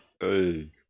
Hey